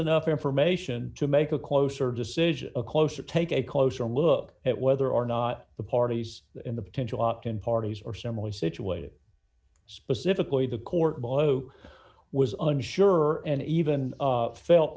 enough information to make a closer decision a closer take a closer look at whether or not the parties in the potential opt in parties or similarly situated specifically the court boy who was unsure and even felt